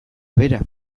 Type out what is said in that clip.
bera